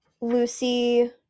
Lucy